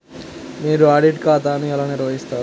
మీరు ఆడిట్ ఖాతాను ఎలా నిర్వహిస్తారు?